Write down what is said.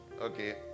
Okay